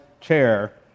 chair